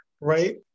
right